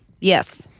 Yes